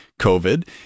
COVID